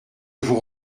vous